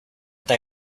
they